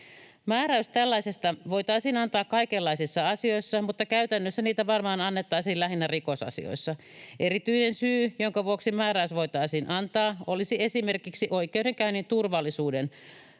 Määräys tällaisesta voitaisiin antaa kaikenlaisissa asioissa, mutta käytännössä niitä varmaan annettaisiin lähinnä rikosasioissa. Erityinen syy, jonka vuoksi määräys voitaisiin antaa, olisi esimerkiksi oikeudenkäynnin turvallisuuden